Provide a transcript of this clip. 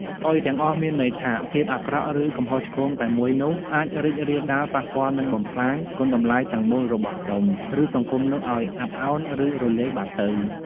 ស្អុយទាំងអស់ មានន័យថា ភាពអាក្រក់ ឬកំហុសឆ្គងតែមួយនោះ អាច រីករាលដាល ប៉ះពាល់ និង បំផ្លាញ គុណតម្លៃទាំងមូលរបស់ក្រុម ឬសង្គមនោះឲ្យអាប់ឱន ឬរលាយបាត់ទៅ។